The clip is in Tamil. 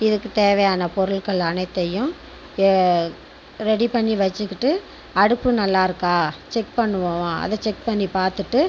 இதுக்கு தேவையான பொருட்கள் அனைத்தயும் ரெடி பண்ணி வச்சுக்கிட்டு அடுப்பு நல்லாருக்கா செக் பண்ணுவோம் அதை செக் பண்ணி பார்த்துட்டு